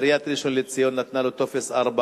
עיריית ראשון-לציון נתנה לו טופס 4,